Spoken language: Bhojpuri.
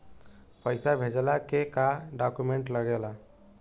पैसा भेजला के का डॉक्यूमेंट लागेला?